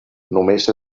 només